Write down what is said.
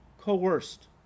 coerced